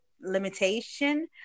limitation